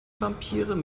vampire